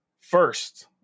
first